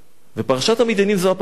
פרשת המדיינים היא הפרשה.